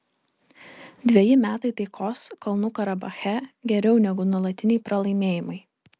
dveji metai taikos kalnų karabache geriau negu nuolatiniai pralaimėjimai